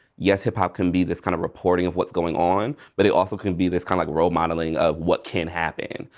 yes hip hop can be this kind of reporting of what's going on. but it also can be this kind of role modeling of what can happen.